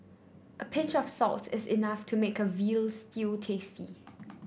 a pinch of salt is enough to make a veal stew tasty